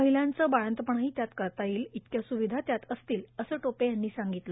महिलांचं बाळंतपणही त्यात करता येईल इतक्या स्विधा त्यात असतील असं टोपे यांनी सांगितलं